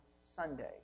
Sunday